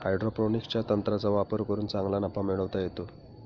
हायड्रोपोनिक्सच्या तंत्राचा वापर करून चांगला नफा मिळवता येतो